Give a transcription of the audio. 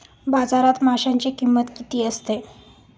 बाजारात माशांची किंमत किती असते?